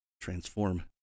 Transform